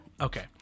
Okay